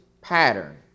pattern